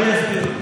אני אסביר.